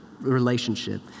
relationship